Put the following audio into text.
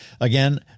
Again